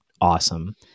awesome